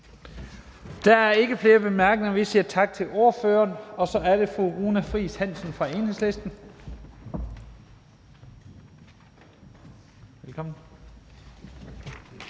Der er ikke flere korte bemærkninger. Vi siger tak til ordføreren. Så er det fru Runa Friis Hansen fra Enhedslisten. Velkommen.